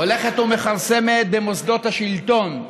הולכת ומכרסמת במוסדות השלטון,